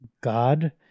God